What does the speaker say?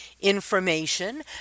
information